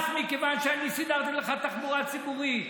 מכיוון שאני סידרתי לך תחבורה ציבורית.